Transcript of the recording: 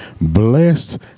blessed